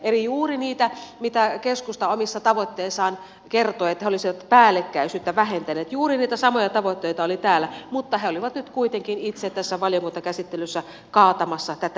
eli juuri niitä samoja tavoitteita joista keskusta omissa tavoitteissaan kertoi että he olisivat päällekkäisyyttä vähentäneet oli täällä mutta he olivat nyt kuitenkin itse tässä valiokuntakäsittelyssä kaatamassa tätä esitystä